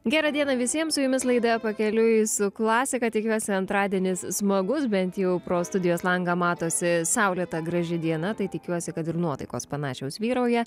gera diena visiem su jumis laida pakeliui su klasika tikiuosi antradienis smagus bent jau pro studijos langą matosi saulėta graži diena tai tikiuosi kad ir nuotaikos panašios vyrauja